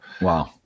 Wow